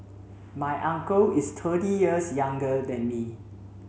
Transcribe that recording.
my uncle is thirty years younger than me